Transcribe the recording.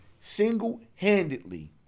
single-handedly